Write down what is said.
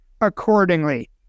accordingly